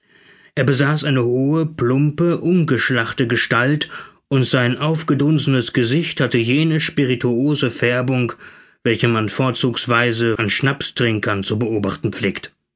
er besaß eine hohe plumpe ungeschlachte gestalt und sein aufgedunsenes gesicht hatte jene spirituose färbung welche man vorzugsweise an schnapstrinkern zu beobachten pflegt